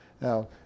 Now